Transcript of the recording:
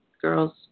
girls